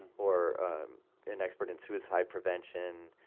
or an expert in suicide prevention.